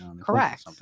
Correct